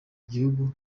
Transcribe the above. igihugu